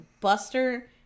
Buster